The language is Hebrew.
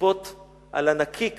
לצפות על הנקיק